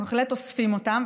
אנחנו בהחלט אוספים אותם,